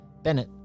Bennett